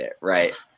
right